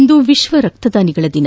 ಇಂದು ವಿಶ್ವ ರಕ್ತದಾನಿಗಳ ದಿನ